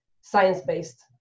science-based